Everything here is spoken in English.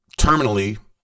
terminally